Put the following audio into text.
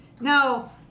Now